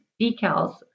decals